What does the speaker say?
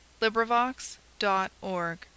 LibriVox.org